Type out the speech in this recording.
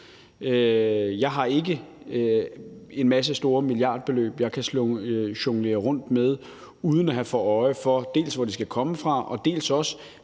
Jeg har ikke en masse store milliardbeløb, jeg kan jonglere rundt med uden at have øje for, dels hvor de skal komme fra, dels hvad